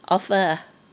offer ah